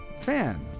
fan